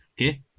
Okay